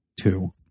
two